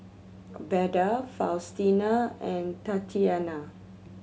Beda Faustino and Tatianna